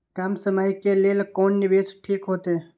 कम समय के लेल कोन निवेश ठीक होते?